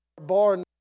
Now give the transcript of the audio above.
Born